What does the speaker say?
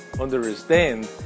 understand